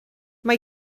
mae